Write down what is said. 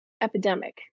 epidemic